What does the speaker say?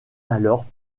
alors